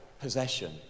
possession